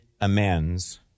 amends